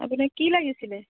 আপোনাক কি লাগিছিল